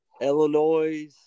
Illinois